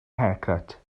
haircut